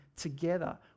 together